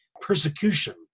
persecution